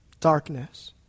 Darkness